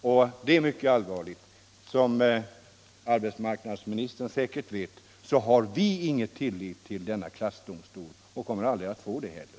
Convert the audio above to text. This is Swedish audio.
Detta är mycket allvarligt. Som arbetsmarknadsministern säkert vet, har vi ingen tillit till denna klassdomstol och kommer aldrig att få det heller.